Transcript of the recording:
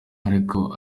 ariko